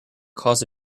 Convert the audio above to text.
cause